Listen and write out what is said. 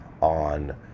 on